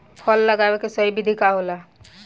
फल लगावे के सही विधि का होखेला?